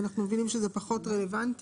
אנחנו מבינים שזה פחות רלוונטי,